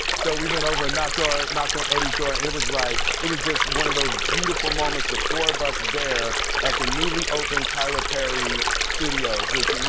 so we went over and knocked ah knocked on eddie's door. and it was like it was just one of those beautiful moments, the four of us there at the newly opened tyler perry studios, which, you know,